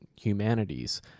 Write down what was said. humanities